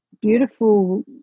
beautiful